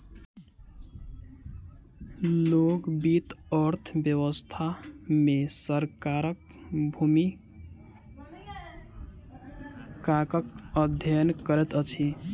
लोक वित्त अर्थ व्यवस्था मे सरकारक भूमिकाक अध्ययन करैत अछि